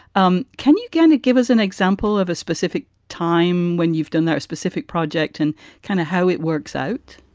um can you can you give us an example of a specific time when you've done that specific project and kind of how it works out?